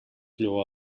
lloa